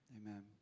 Amen